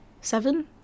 Seven